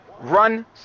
run